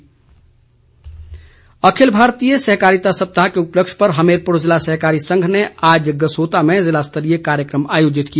ध्मल अखिल भारतीय सहकारिता सप्ताह के उपलक्ष्य पर हमीरपुर जिला सहकारी संघ ने आज गसोता में जिला स्तरीय कार्यक्रम आयोजित किया